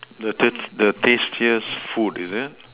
the th~ the tastiest food is it